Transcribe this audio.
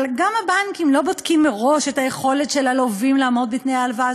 אבל גם הבנקים לא בודקים מראש את היכולת של הלווים לעמוד בתנאי ההלוואה.